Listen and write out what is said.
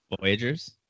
Voyagers